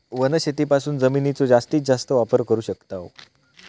वनशेतीपासून जमिनीचो जास्तीस जास्त वापर करू शकताव